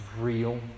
real